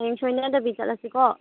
ꯍꯌꯦꯡ ꯁꯣꯏꯅꯗꯕꯤ ꯆꯠꯂꯁꯤꯀꯣ